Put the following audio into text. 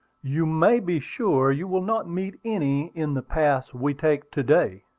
you may be sure you will not meet any in the paths we take to-day,